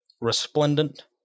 Resplendent